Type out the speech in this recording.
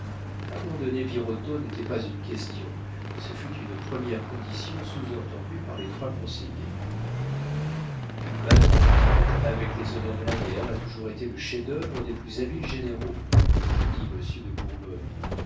abandonner birotteau n'était pas une question et ce fut une première condition sous entendue par les trois conseillers battre en retraite avec les honneurs de la guerre a toujours été le chef-d'œuvre des plus habiles généraux répondit monsieur de